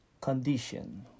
condition